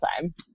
time